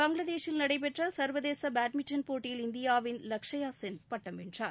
பங்களாதேஷில் நடைபெற்ற சர்வதேச பேட்மிண்டன் போட்டியில் இந்தியாவின் லக்ஷயா சென் பட்டம் வென்றார்